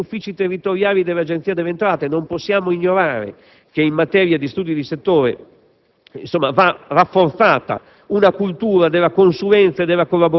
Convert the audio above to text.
il contraddittorio tra i contribuenti e gli uffici territoriali dell'Agenzia delle entrate. Non possiamo ignorare che in materia di studi di settore va rafforzata